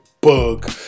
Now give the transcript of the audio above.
bug